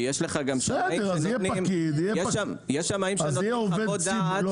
כי יש לך גם שמאים שאינם עובדים בחברה ושנותנים חוות דעת.